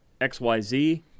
XYZ